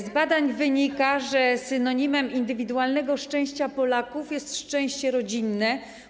Z badań wynika, że synonimem indywidualnego szczęścia Polaków jest szczęście rodzinne.